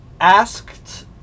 asked